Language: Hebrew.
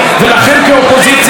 שמתכווצת